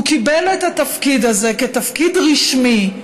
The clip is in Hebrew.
הוא קיבל את התפקיד הזה כתפקיד רשמי,